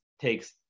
takes